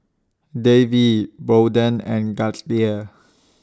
Davey Bolden and Gaither